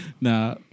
Nah